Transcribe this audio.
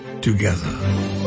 together